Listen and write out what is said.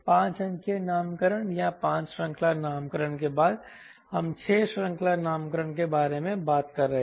5 अंकीय नामकरण या 5 श्रृंखला नामकरण के बाद हम 6 श्रृंखला नामकरण के बारे में बात कर रहे हैं